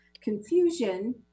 confusion